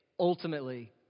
Ultimately